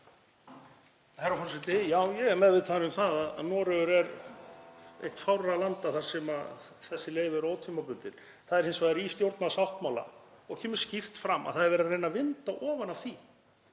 Herra forseti. Já, ég er meðvitaður um að Noregur er eitt fárra landa þar sem þessi leyfi eru ótímabundin. Það er hins vegar í stjórnarsáttmála og kemur skýrt fram að það er verið að reyna að vinda ofan af því,